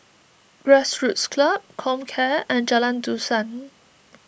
Grassroots Club Comcare and Jalan Dusan